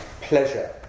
pleasure